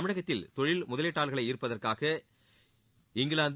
தமிழகத்தில் தொழில் முதலீட்டாளர்களை ஈள்ப்பதற்காக இங்கிலாந்து